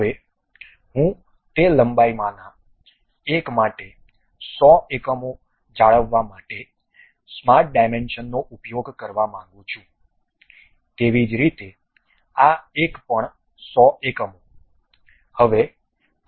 હવે હું તે લંબાઈમાંના એક માટે 100 એકમો જાળવવા માટે સ્માર્ટ ડાયમેન્શનનો ઉપયોગ કરવા માંગુ છું તેવી જ રીતે આ એક પણ 100 એકમો